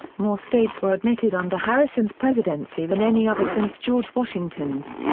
more states were admitted under harrison's presidency than any other since george washington's.